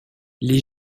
les